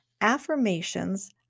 Affirmations